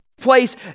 place